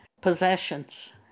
possessions